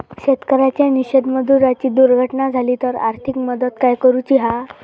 शेतकऱ्याची आणि शेतमजुराची दुर्घटना झाली तर आर्थिक मदत काय करूची हा?